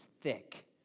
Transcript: thick